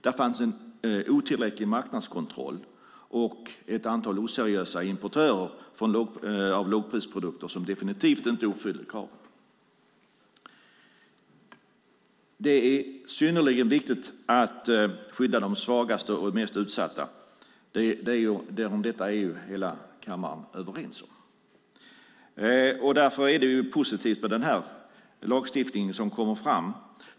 Det fanns en otillräcklig marknadskontroll och ett antal oseriösa importörer av lågprisprodukter som definitivt inte uppfyllde kraven. Det är synnerligen viktigt att skydda de svagaste och mest utsatta. Hela kammaren är överens om detta. Därför är det positivt med den lagstiftning som nu kommer fram.